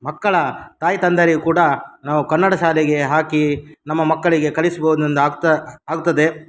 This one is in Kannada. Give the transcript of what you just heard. ಮಕ್ಕಳ ತಾಯಿ ತಂದೆರಿಗೆ ಕೂಡ ನಾವು ಕನ್ನಡ ಶಾಲೆಗೆ ಹಾಕಿ ನಮ್ಮ ಮಕ್ಕಳಿಗೆ ಕಳಿಸ್ಬೋದೊಂದು ಆಗ್ತಾ ಆಗ್ತದೆ